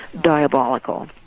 diabolical